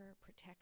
protect